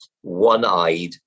one-eyed